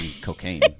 Cocaine